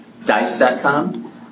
Dice.com